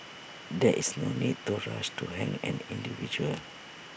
there is no need to rush to hang an individual